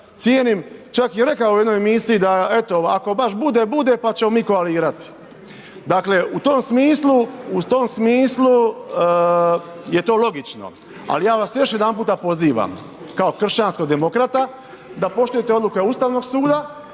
cijenim, čak je rekao u jednoj emisiji, da eto, ako baš bude, bude, pa ćemo mi koalirati. Dakle, u tom smislu je to logično, ali ja vas još jedanput pozivam, kao kršćanskog demokrata, da poštujete odluke Ustavnog suda